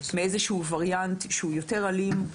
מאיזה שהוא וריאנט שהוא יותר אלים,